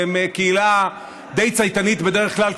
שהם קהילה די צייתנית בדרך כלל,